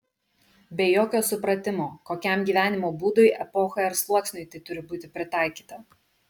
be jokio supratimo kokiam gyvenimo būdui epochai ar sluoksniui tai turi būti pritaikyta